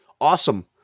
awesome